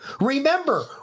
Remember